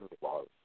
love